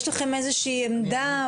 יש לכם איזושהי עמדה,